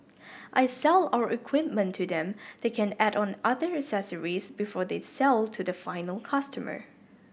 I sell our equipment to them they can add on other accessories before they sell to the final customer